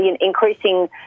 increasing